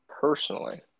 Personally